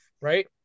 right